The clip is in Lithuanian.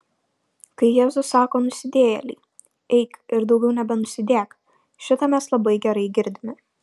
kai jėzus sako nusidėjėlei eik ir daugiau nebenusidėk šitą mes labai gerai girdime